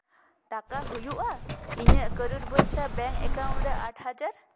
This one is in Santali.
ᱴᱟᱠᱟ ᱦᱩᱭᱩᱜᱼᱟ ᱤᱧᱟᱹᱜ ᱠᱟᱹᱨᱩᱲ ᱵᱟᱹᱭᱥᱟᱹ ᱵᱮᱝᱠ ᱮᱠᱟᱩᱱᱴ ᱨᱮ ᱟᱴ ᱦᱟᱡᱟᱨ